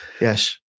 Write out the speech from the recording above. Yes